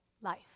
life